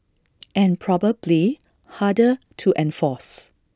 and probably harder to enforce